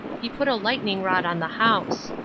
he put a lightning-rod on the house.